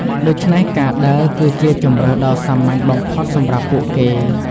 ដូច្នេះការដើរគឺជាជម្រើសដ៏សាមញ្ញបំផុតសម្រាប់ពួកគេ។